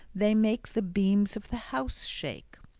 they make the beams of the house shake.